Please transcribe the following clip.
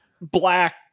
black